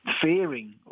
fearing